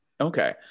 Okay